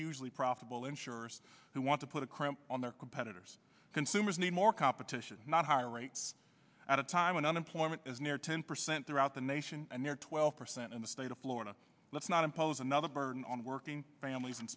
hugely profitable insurers who want to put a crimp on their competitors consumers need more competition not higher rates at a time when unemployment is near ten percent throughout the nation and they're twelve percent in the state of florida let's not impose another burden on working families and